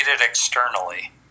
externally